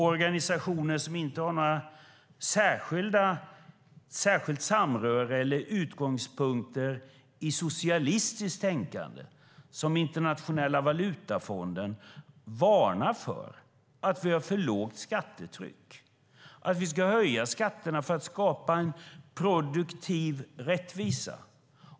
Organisationer som inte har något särskilt samröre med eller några utgångspunkter i socialistiskt tänkande, som Internationella valutafonden, varnar för att vi har för lågt skattetryck och säger att vi ska höja skatterna för att skapa en produktiv rättvisa.